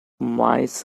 mice